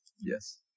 Yes